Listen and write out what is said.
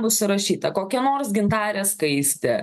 bus įrašyta kokia nors gintarė skaistė